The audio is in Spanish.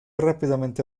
rápidamente